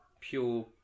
pure